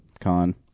Con